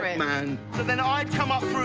man. ah then i come up.